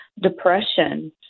depression